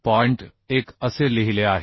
1 असे लिहिले आहे